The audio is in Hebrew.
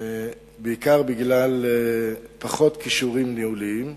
בעיקר בגלל פחות כישורים ניהוליים,